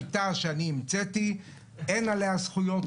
שיטה שאני המצאתי ואין עליה זכויות.